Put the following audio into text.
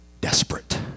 desperate